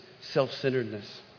self-centeredness